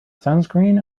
sunscreen